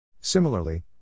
Similarly